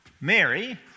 Mary